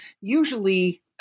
usually